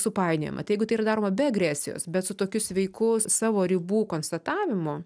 supainiojama tai jeigu tai yra daroma be agresijos bet su tokiu sveiku savo ribų konstatavimu